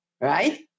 right